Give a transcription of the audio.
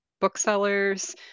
booksellers